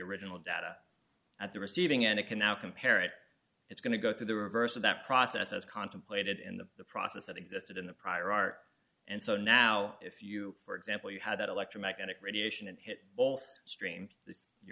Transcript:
original data at the receiving end it can now compare it it's going to go through the reverse of that process as contemplated in the process that existed in the prior art and so now if you for example you had electromagnetic radiation and hit all three streams you